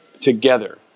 together